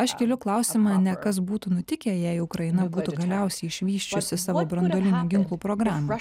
aš keliu klausimą ne kas būtų nutikę jei ukraina būtų galiausiai išvysčiusi savo branduolinių ginklų programą